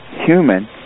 human